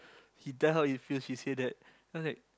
he tell how he feels she said that then after that